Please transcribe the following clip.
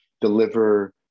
deliver